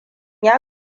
ya